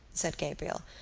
said gabriel.